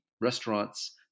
restaurants